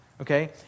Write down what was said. Okay